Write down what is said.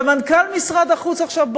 ומנכ"ל משרד החוץ עכשיו,